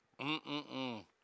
Mm-mm-mm